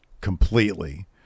completely